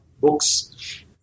books